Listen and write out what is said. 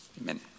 Amen